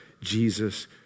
Jesus